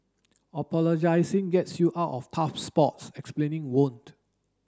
apologising gets you out of tough spots explaining won't